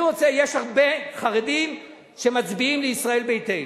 אני רוצה, יש הרבה חרדים שמצביעים לישראל ביתנו.